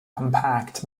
compact